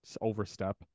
overstep